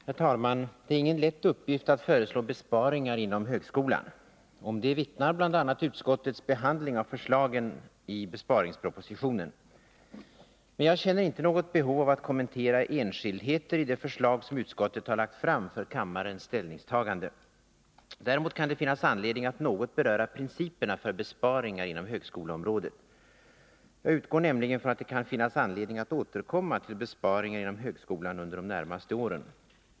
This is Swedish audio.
Herr talman! Det är ingen lätt uppgift att föreslå besparingar inom högskolan. Om det vittnar bl.a. utskottets behandling av förslagen i besparingspropositionen. Men jag känner inte något behov av att kommentera enskildheter i det förslag som utskottet har lagt fram för kammarens ställningstagande. Däremot kan det finnas anledning att något beröra principerna för besparingar inom högskoleområdet. Jag utgår nämligen från att det kan finnas anledning att återkomma till besparingar inom högskolan under de närmaste åren.